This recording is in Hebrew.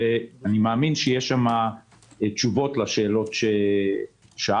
אני מאמין שיש שם תשובות לשאלות ששאלת.